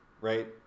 right